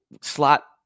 slot